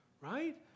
right